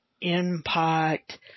Impact